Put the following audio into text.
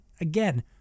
Again